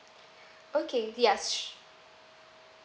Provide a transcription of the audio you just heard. okay yes